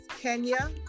Kenya